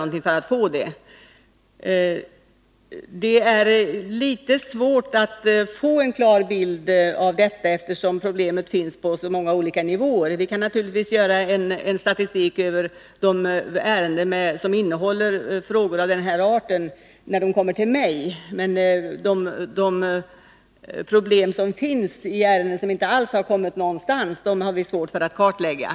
Jag vill svara att vi inte har någon klar bild av detta. Det är svårt att få det, eftersom problemet finns på så många olika nivåer. Naturligtvis skulle man kunna göra en statistik över ärenden som innehåller frågor av den här arten och som kommit till mig, men de problem som finns redovisade i ärenden som inte kommit någonstans kan vi ju inte kartlägga.